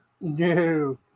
No